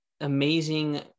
amazing